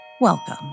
welcome